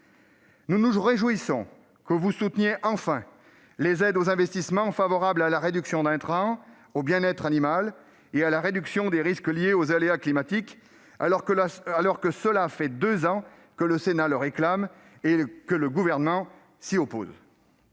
Nous nous réjouissons que vous souteniez enfin les aides aux investissements favorables à la réduction d'intrants, au bien-être animal et à la réduction des risques liés aux aléas climatiques. Depuis deux ans, le Sénat réclamait ces mesures, tandis que le Gouvernement s'y opposait.